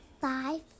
five